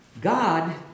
God